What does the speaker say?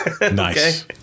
Nice